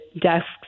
desks